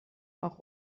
auch